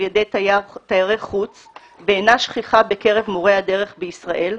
ידי תיירי חוץ ואינה שכיחה בקרב מורי הדרך בישראל,